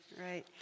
right